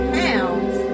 pounds